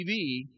tv